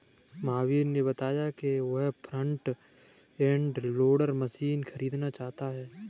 महावीर ने बताया कि वह फ्रंट एंड लोडर मशीन खरीदना चाहता है